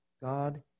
god